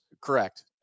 Correct